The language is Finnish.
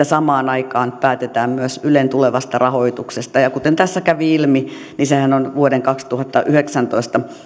samaan aikaan päätetään myös ylen tulevasta rahoituksesta ja kuten tässä kävi ilmi niin sehän on vuoden kaksituhattayhdeksäntoista